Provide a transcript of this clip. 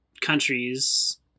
countries